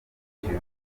sitade